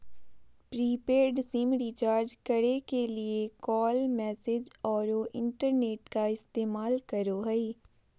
prepaid SIM recharge करे के लिए कॉल, मैसेज औरो इंटरनेट का इस्तेमाल करो हइ